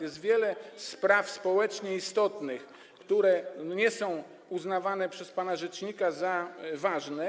Jest wiele spraw społecznie istotnych, które nie są uznawane przez pana rzecznika za ważne.